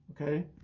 okay